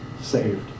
saved